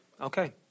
Okay